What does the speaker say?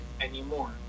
anymore